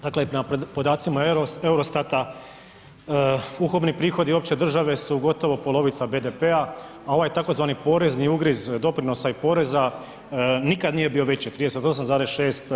Dakle na podacima EUROSTAT-a ukupni prihodi opće države su gotovo polovica BDP-a, a ovaj tzv. porezni ugriz doprinosa i poreza nikada nije bio veći 38,6%